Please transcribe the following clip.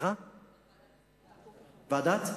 ועדת חקירה.